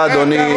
תודה, אדוני.